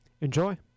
Enjoy